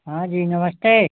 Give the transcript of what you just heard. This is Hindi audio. हाँ जी नमस्ते